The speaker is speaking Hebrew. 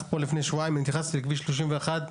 פה לפני שבועיים התייחסתי לכביש 31,